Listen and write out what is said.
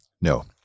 No